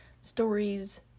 stories